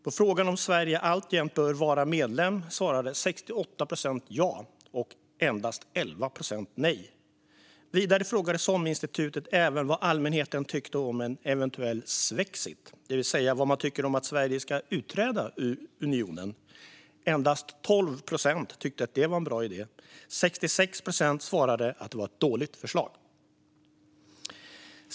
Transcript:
På frågan om Sverige alltjämt bör vara medlem svarade 68 procent ja och endast 11 procent nej. Vidare frågade SOM-institutet även vad allmänheten tyckte om en eventuell svexit, det vill säga vad man tycker om att Sverige ska utträda ur unionen. Endast 12 procent tyckte att det var en bra idé. 66 procent svarade att det var ett dåligt förslag.